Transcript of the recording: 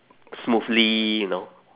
smoothly you know